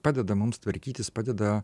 padeda mums tvarkytis padeda